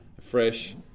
fresh